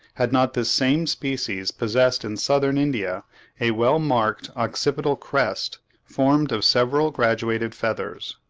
had not this same species possessed in southern india a well-marked occipital crest formed of several graduated feathers.